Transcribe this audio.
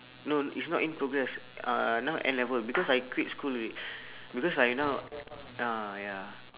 no it's not in progress uh now N-level because I quit school already because I now ah ya